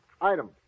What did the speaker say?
Item